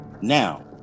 Now